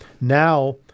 Now